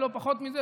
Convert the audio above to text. ולא פחות מזה,